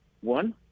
one